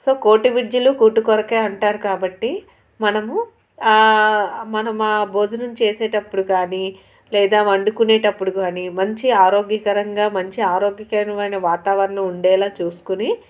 so కోటి విద్యలు కూటి కొరకే అంటారు కాబట్టి మనము మనము ఆ భోజనం చేసేటప్పుడు కానీ లేదా వండుకునేటప్పుడు కానీ మంచి ఆరోగ్యకరంగా మంచి ఆరోగ్యకరమైన వాతావరణం ఉండేలా చూసుకుని